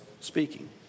speaking